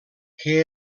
que